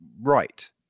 right